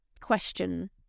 question